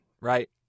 right